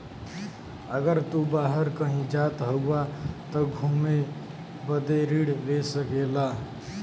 अगर तू बाहर कही जात हउआ त घुमे बदे ऋण ले सकेला